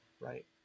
right